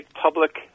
public